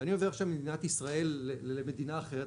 ואם אני עובר עכשיו ממדינת ישראל למדינה אחרת,